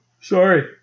Sorry